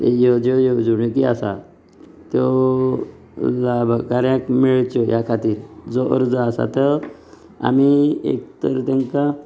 तेज्यो ज्यो येवजण्यो जी आसा त्यो लाभकाऱ्यांक मेळच्यो ह्या खातीर जो अर्ज आसा तो आमी एक तर तेकां